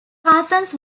parsons